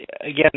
again